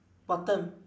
bottom